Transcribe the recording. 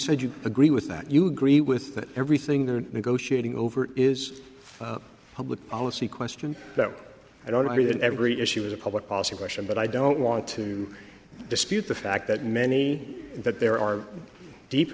said you agree with that you agree with that everything they're negotiating over is a public policy question that i don't agree that every issue is a public policy question but i don't want to dispute the fact that many that there are deep